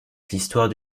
l’histoire